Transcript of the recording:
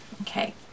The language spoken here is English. okay